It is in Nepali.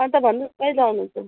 अन्त भन्नुहोस् कहिले आउनुहुन्छ